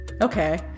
Okay